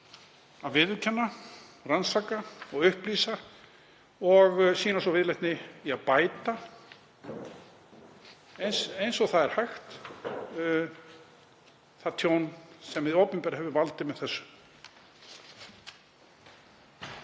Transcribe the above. að viðurkenna, rannsaka og upplýsa og sýna svo viðleitni í að bæta eins og hægt er það tjón sem það hefur valdið með þessu.